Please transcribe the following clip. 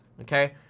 Okay